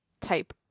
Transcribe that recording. type